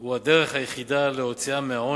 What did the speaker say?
הוא הדרך היחידה להוציאן מהעוני.